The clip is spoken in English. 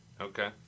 Okay